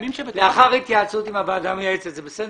לאחר התייעצות עם הוועדה המייעצת, זה בסדר?